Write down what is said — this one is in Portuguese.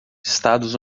estados